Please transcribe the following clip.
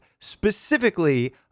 specifically